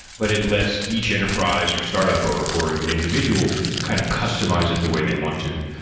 but it lets each enterprise or startup, or or even individual kind of customize it the way they want to.